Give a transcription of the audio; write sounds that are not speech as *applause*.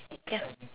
*noise*